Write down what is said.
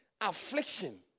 affliction